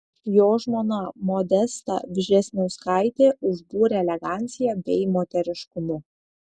jo žmona modesta vžesniauskaitė užbūrė elegancija bei moteriškumu